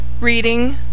Reading